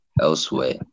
elsewhere